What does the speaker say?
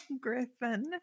Griffin